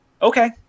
Okay